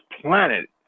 planet